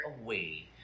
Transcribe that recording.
away